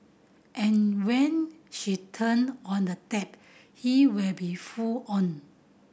and when she turn on the tap he will be full on